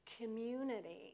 community